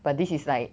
but this is like